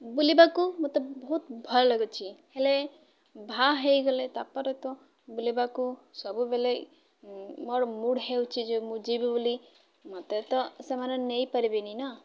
ବୁଲିବାକୁ ମୋତେ ବହୁତ ଭଲ ଲାଗୁଛି ହେଲେ ବାହା ହୋଇଗଲେ ତାପରେ ତ ବୁଲିବାକୁ ସବୁବେଳେ ମୋର ମୁଡ୍ ହେଉଛି ଯେ ମୁଁ ଯିବି ବୋଲି ମୋତେ ତ ସେମାନେ ନେଇପାରିବେନି ନା